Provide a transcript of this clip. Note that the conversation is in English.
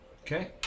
Okay